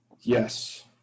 Yes